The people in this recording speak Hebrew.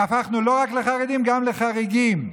הפכנו לא רק לחרדים, גם לחריגים,